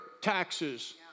taxes